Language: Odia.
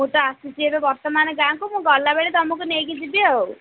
ମୁଁ ତ ଆସିଛି ଏବେ ବର୍ତ୍ତମାନ ଗାଁକୁ ମୁଁ ଗଲା ବେଳେ ତମକୁ ନେଇକି ଯିବି ଆଉ